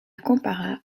compara